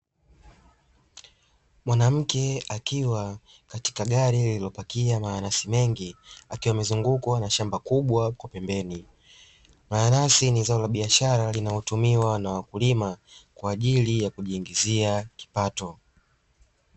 Mwanamke akiwa katika gari lililopakia mananasi mengi, akiwa amezungukwa na shamba kubwa kwa pembeni. Mananasi ni zao la biashara linalotumiwa na wakulima kwa ajili ya kujiingizia kipato.